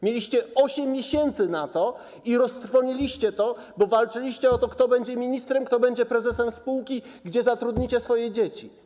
Mieliście na to 8 miesięcy i roztrwoniliście ten czas, bo walczyliście o to, kto będzie ministrem, kto będzie prezesem spółki, gdzie zatrudnicie swoje dzieci.